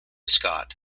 scott